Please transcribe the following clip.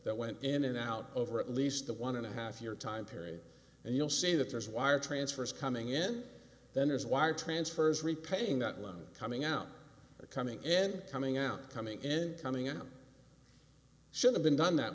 that went in and out over at least the one and a half year time period and you'll see that there's wire transfers coming in there's wire transfers repaying that loan coming out or coming and coming out coming in coming in should have been done that